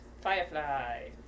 Firefly